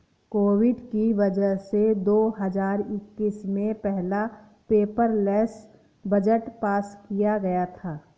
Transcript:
Covid की वजह से दो हजार इक्कीस में पहला पेपरलैस बजट पास किया गया था